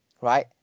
Right